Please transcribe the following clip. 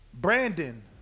Brandon